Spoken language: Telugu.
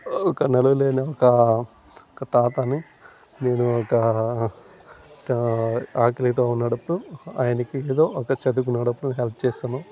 ఒక నడవలేని ఒక ఒక తాతని నేను ఒక ఒక ఆకలితో ఉన్నాడప్పుడు ఆయనకి ఏదో ఒక చదువుకునేడప్పుడు హెల్ప్ చేసాను